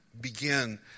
begin